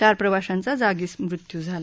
चार प्रवाशांचा जागीच मृत्यू झाला